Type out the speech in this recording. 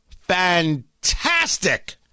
fantastic